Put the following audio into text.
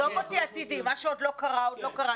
עזוב עתידי, מה שעוד לא קרה, לא קרה.